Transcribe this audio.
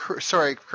Sorry